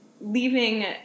leaving